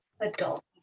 Adult